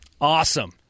Awesome